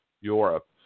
Europe